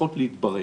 שצריכות להתברר.